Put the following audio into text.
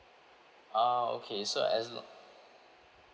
ah okay so as